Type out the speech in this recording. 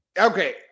okay